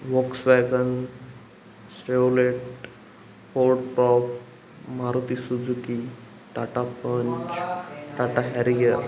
Volkswagen Chevrolet ford prop Maruti Suzuki Tata punch Tata Harrier